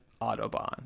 Autobahn